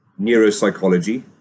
neuropsychology